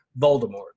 Voldemort